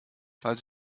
falls